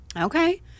Okay